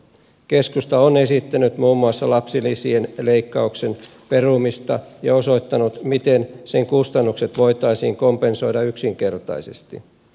keskusta on esittänyt muun muassa lapsilisien leikkauksen perumista ja osoittanut miten sen kustannukset voitaisiin kompensoida yksinkertaisesti